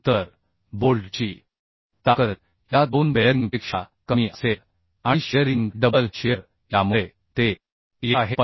तर बोल्टची ताकद या 2 बेअरिंगपेक्षा कमी असेल आणि शियरिंग डबल शिअर यामुळे ते येत आहे 50